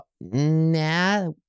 nah